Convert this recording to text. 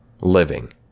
living